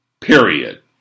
period